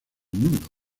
mundo